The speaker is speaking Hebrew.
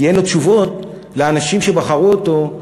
כי אין לו תשובות לאנשים שבחרו אותו.